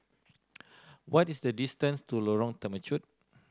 what is the distance to Lorong Temechut